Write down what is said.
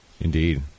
Indeed